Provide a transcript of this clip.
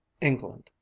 england